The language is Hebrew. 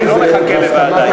אני לא מחכה לוועדה.